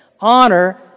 honor